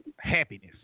happiness